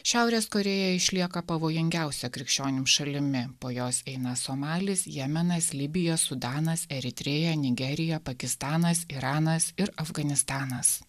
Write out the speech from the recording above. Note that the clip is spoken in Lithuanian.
šiaurės korėja išlieka pavojingiausia krikščionim šalimi po jos eina somalis jemenas libija sudanas eritrėja nigerija pakistanas iranas ir afganistanas